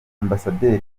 ambasaderi